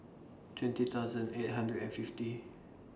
twenty thousand eight hundred and fifty